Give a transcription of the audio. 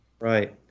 Right